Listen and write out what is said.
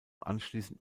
anschließend